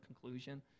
conclusion